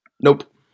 Nope